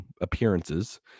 appearances